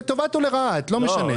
לטובתו או לרעתו, לא משנה.